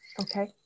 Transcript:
Okay